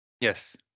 yes